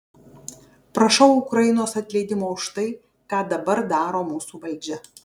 prašau ukrainos atleidimo už tai ką dabar daro mūsų valdžią